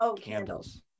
candles